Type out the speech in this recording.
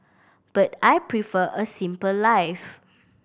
but I prefer a simple life